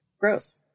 gross